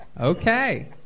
Okay